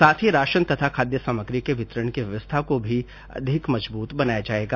साथ ही राशन तथा खाद्य सामग्री के वितरण की व्यवस्था को अधिक मजबूत बनाया जाएगा